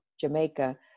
Jamaica